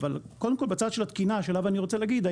אבל קודם כל בצד של התקינה שעליו אני רוצה להגיד,